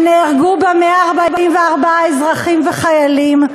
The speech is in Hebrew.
שנהרגו בה 144 אזרחים וחיילים,